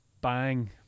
bang